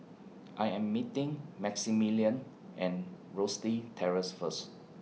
I Am meeting Maximillian and Rosyth Terrace First